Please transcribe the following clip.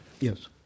Yes